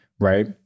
right